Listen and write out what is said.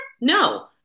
no